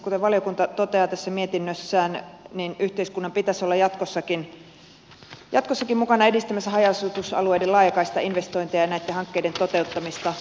kuten valiokunta toteaa tässä mietinnössään yhteiskunnan pitäisi olla jatkossakin mukana edistämässä haja asutusalueiden laajakaistainvestointeja ja näitten hankkeiden toteuttamista